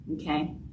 okay